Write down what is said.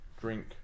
drink